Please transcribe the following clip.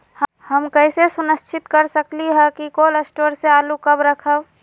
हम कैसे सुनिश्चित कर सकली ह कि कोल शटोर से आलू कब रखब?